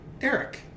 Eric